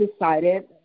decided